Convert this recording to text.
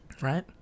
Right